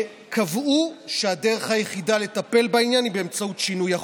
שקבעו שהדרך היחידה לטפל בעניין היא באמצעות שינוי החוק.